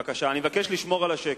אני מבקש לשמור על השקט.